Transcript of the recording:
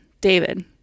david